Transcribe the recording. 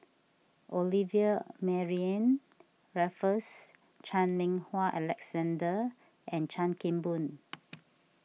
Olivia Mariamne Raffles Chan Meng Wah Alexander and Chan Kim Boon